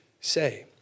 say